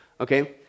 okay